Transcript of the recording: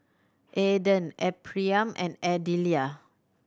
Aydan Ephriam and Adelia